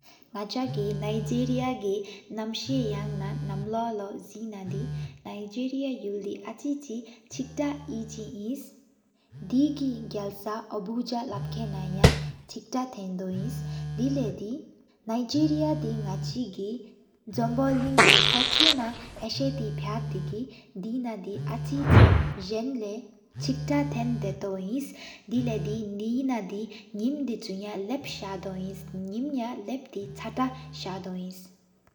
ནག་ཆ་གི་ན་ཡི་གྲ་གི་མི་པེ་ན་ནམ་ལ། ལོ་ཟེག་ན་དེ་ན་ཡི་གྲ་ཡུལ་དེ་ཨ་ཆིག་ཆི་ཆེག་ཏ། ཡུལ་ཆིག་ཨིནས་དེ་གི་རྒྱལ་སྤྱི་ཨ་བུ་ཇ་ལྷབ་ཀེན་ན་ཡ། ཆེག་ཏ་ཐེན་དོ་ཨིན་དེ་ལས། དེ་ན་ན་ཡི་གྲ་དེ་ནག་ཆི་གི། ཟོམ་བོ་ལིང་གི་ལོ་ཧྱག་ན་ཡེས་དེ་སྦ་ཏེ། དེ་ན་དེ་ཨ་ཆིག་ཆི་ཟེན་ལས། དེ་ཆིག་ཊ་ཐེན་དའི་ཏོིན། དེ་ལས་དེ་ན་དེ་ནིམ་དཱི་ཆུ་ཡ་ལབ་སར་དོ་ཨིན། ནིམ་ཡ་ལབ་ཏེ་ཆ་ཏེ་སར་དོ་ཨིན།